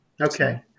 Okay